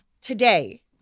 today